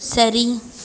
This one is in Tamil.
சரி